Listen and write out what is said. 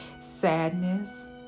sadness